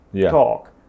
talk